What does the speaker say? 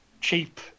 cheap